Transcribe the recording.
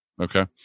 Okay